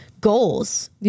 goals